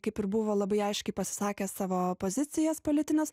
kaip ir buvo labai aiškiai pasisakęs savo pozicijas politines